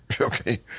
Okay